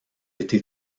été